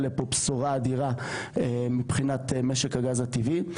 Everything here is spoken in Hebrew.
לפה בשורה אדירה מבחינת משק הגז הטבעי.